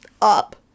up